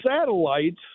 satellites